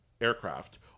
aircraft